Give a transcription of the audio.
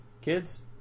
kids